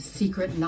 secret